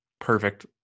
perfect